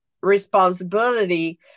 responsibility